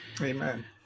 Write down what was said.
amen